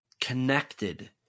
connected